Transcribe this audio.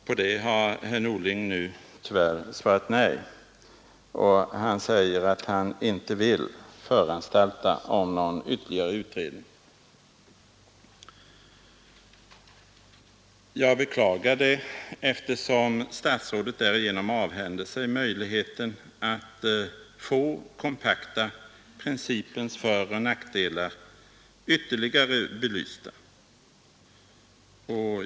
På detta har herr Norling nu tyvärr svarat nej och han säger att han inte vill föranstalta om någon ytterligare utredning. Jag beklagar det eftersom statsrådet därigenom avhänder sig möjligheten att få kompakta principens föroch nackdelar ytterligare belysta.